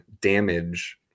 damage